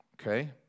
okay